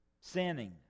sinning